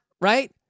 right